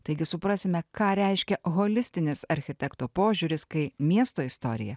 taigi suprasime ką reiškia holistinis architekto požiūris kai miesto istorija